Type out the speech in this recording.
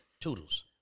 Toodles